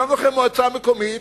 הקמנו לכם מועצה מקומית,